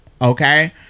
okay